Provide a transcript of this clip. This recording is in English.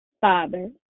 Father